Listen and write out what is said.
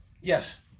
Yes